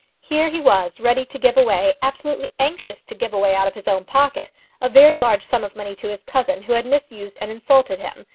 here he was ready to give away absolutely anxious to give away out of his own pocket a very large sum of money to his cousin who had misused and insulted him,